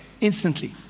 Instantly